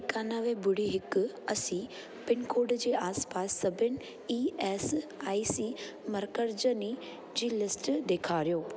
एकानवे ॿुड़ी हिकु असी पिनकोड जे आसपास सभिनि ई एस आई सी मर्कज़नि जी लिस्ट ॾेखारियो